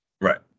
Right